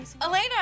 Elena